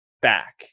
back